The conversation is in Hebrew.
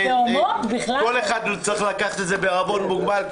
כל אחד צריך לקחת את זה בעירבון מוגבל,